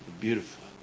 Beautiful